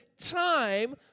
time